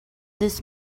this